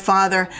Father